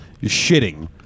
shitting